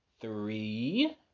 three